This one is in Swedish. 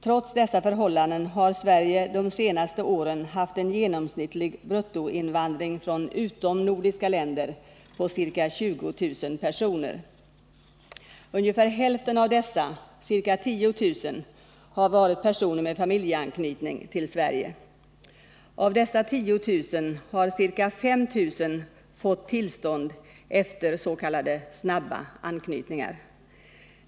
Trots dessa förhållanden har Sverige de senaste åren haft en genomsnittlig bruttoinvandring från utomnordiska länder på ca 20 000 personer. Ungefär hälften av dessa, ca 10 000, har varit personer med familjeanknytning till Sverige. Av dessa 10 000 har ca 5 000 fått tillstånd efter s.k. snabba anknytningar.